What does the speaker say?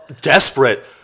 desperate